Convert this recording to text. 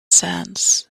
sands